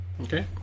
Okay